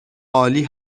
عالی